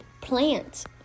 plant